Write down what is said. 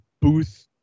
booth